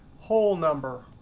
whole number,